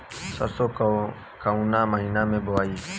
सरसो काउना महीना मे बोआई?